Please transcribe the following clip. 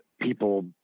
people